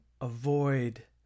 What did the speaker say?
avoid